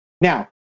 Now